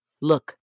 Look